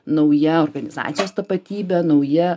nauja organizacijos tapatybė nauja